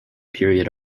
period